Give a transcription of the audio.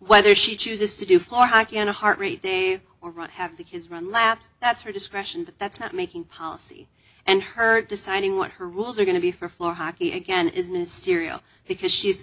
whether she chooses to do floor hockey on a heart rate day or right have the kids run laps that's her discretion but that's not making policy and her deciding what her rules are going to be for floor hockey again is mysteria because she's